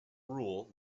rule